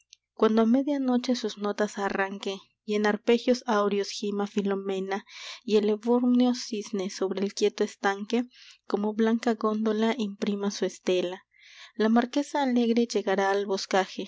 cuando a media noche sus notas arranque y en arpegios áureos gima filomela y el ebúrneo cisne sobre el quieto estanque como blanca góndola imprima su estela la marquesa alegre llegará al boscaje